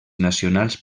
nacionals